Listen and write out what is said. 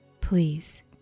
Please